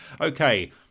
okay